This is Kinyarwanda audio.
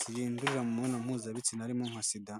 zandurira mu mibonano mpuzabitsina harimo nka sida.